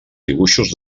dibuixos